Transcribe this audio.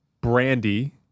Brandy